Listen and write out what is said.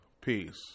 Peace